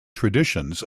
traditions